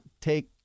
take